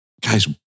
Guys